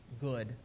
good